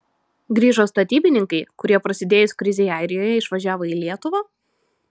grįžo statybininkai kurie prasidėjus krizei airijoje išvažiavo į lietuvą